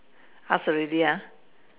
ask already ah